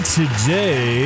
today